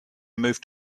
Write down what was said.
moved